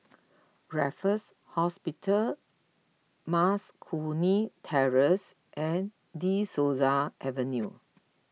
Raffles Hospital Mas Kuning Terrace and De Souza Avenue